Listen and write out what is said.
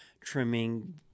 trimming